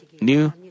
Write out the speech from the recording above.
new